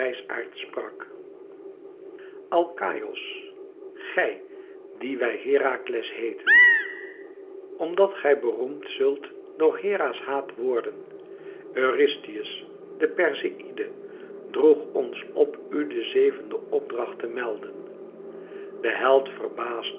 alkaïos gij dien wij herakles heeten omdat gij beroemd zult door hera's haat worden eurystheus de perseïde droeg ons op u den zevenden opdracht te melden de held verbaasde